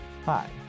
Hi